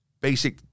basic